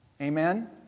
Amen